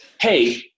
hey